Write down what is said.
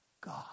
God